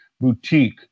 boutique